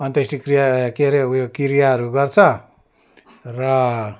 अन्त्येष्टि क्रिया के रे उयो क्रियाहरू गर्छ र